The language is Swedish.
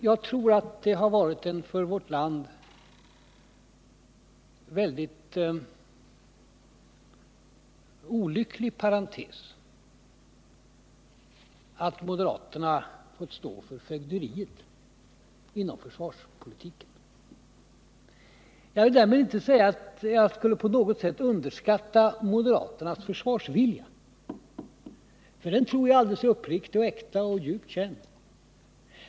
Jag tror att det har varit en för vårt land väldigt olycklig parentes att moderaterna fått stå för fögderiet inom försvarspolitiken. Därmed vill jag inte säga att jag på något sätt skulle underskatta moderaternas försvarsvilja, för den tror jag är alldeles uppriktig, äkta och djupt känd.